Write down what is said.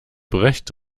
brecht